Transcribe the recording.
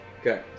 Okay